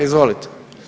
Izvolite.